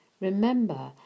Remember